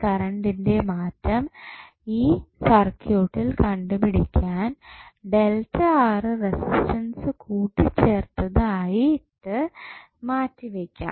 കറണ്ടിന്റെ മാറ്റം ഈ സർക്യൂട്ടിൽ കണ്ടുപിടിക്കാൻ റെസിസ്റ്റൻസ് കൂട്ടി ചേർത്തത് ആയിട്ട് മാറ്റി വെക്കാം